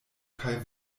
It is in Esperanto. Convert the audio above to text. kaj